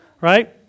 right